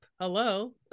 Hello